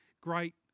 great